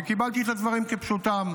וקיבלתי את הדברים כפשוטם.